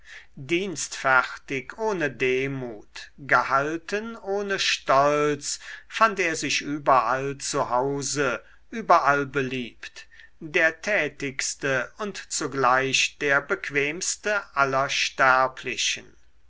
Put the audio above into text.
dienstfertig ohne demut gehalten ohne stolz fand er sich überall zu hause überall beliebt der tätigste und zugleich der bequemste aller sterblichen